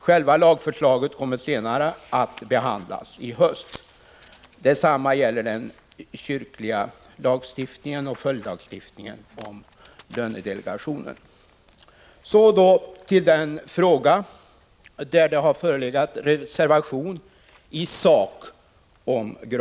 Själva lagförslaget kommer att behandlas senare i höst. Detsamma gäller den kyrkliga lagstiftningen och följdlagstiftningen om lönedelegationen.